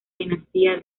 dinastía